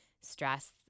stress